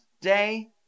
day